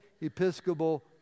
Episcopal